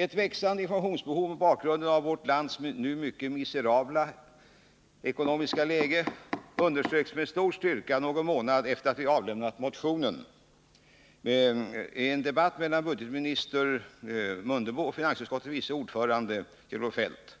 Ett växande informationsbehov mot bakgrunden av vårt lands nu mycket miserabla ekonomiska läge underströks med stor styrka någon månad efter det att vi avlämnat motionen. Det skedde i en debatt mellan budgetminister Ingemar Mundebo och finansutskottets vice ordförande Kjell-Olof Feldt.